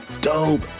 dope